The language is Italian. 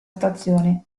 stazione